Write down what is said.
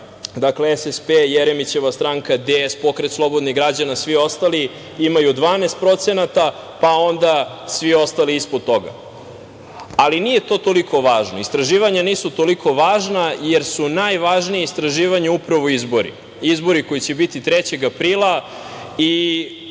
dakle SSP, Jeremićeva stranka, DS, Pokret slobodnih građana, svi ostali imaju 12%, pa onda svi ostali ispod toga. Nije to toliko važno. Istraživanja nisu toliko važna jer su najvažnija istraživanja upravo izbori, izbori koji će biti 3. aprila.